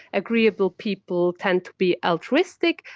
agreeable people tend to be altruistic,